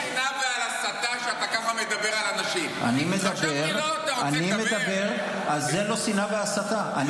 איך אתה מדבר על שנאה ועל הסתה,